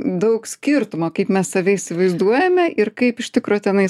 daug skirtumo kaip mes save įsivaizduojame ir kaip iš tikro tenais